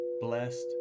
blessed